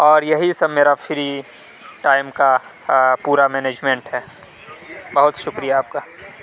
اور یہی سب میرا فری ٹائم كا پورا مینجمینٹ ہے بہت شُكریہ آپ كا